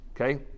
okay